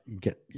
get